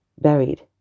buried